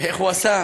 איך הוא עשה?